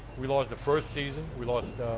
we lost the first season. we lost